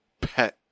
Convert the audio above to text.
Pet